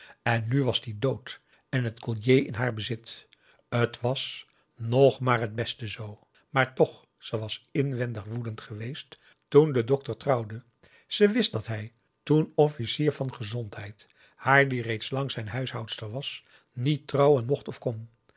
en nu was die dood en t collier in haar bezit t was nog maar het beste zoo maar toch ze was inwendig woedend geweest toen de dokter trouwde ze wist dat hij toen officier van gezondheid haar die reeds lang zijn huishoudster was niet trouwen mocht of kon